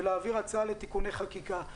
ולהעביר הצעה לתיקוני חקיקה.